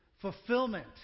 Fulfillment